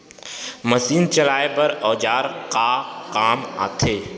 Machine चलाए बर औजार का काम आथे?